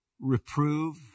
reprove